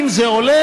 ואם זה עולה,